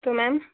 तो मैम